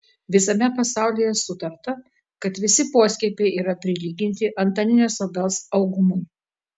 visame pasaulyje sutarta kad visi poskiepiai yra prilyginti antaninės obels augumui